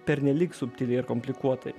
pernelyg subtiliai ir komplikuotai